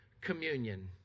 communion